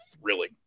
thrilling